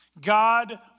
God